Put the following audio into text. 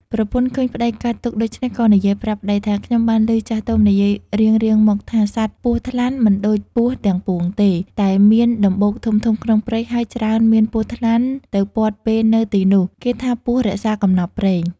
ប្រពន្ធ៎ឃើញប្ដីកើតទុក្ខដូច្នេះ ក៏និយាយប្រាប់ប្ដីថា “ ខ្ញុំបានឮចាស់ទុំនិយាយរៀងៗមកថា សត្វពស់ថ្លាន់មិនដូចពស់ទាំងពួងទេ តែមានដម្បូកធំៗក្នុងព្រៃ ហើយច្រើនមាន ពស់ថ្លាន់ទៅព័ទ្ធពេននៅទីនោះ គេថាពស់រក្សាកំណប់ព្រេង។